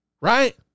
Right